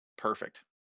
perfect